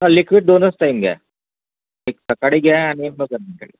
हां लिक्विड दोनच टाईम घ्या एक सकाळी घ्या आणि बघा नंतर घ्या